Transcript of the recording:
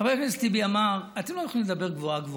חבר הכנסת טיבי אמר: אתם לא יכולים לדבר גבוהה-גבוהה